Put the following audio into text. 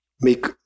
make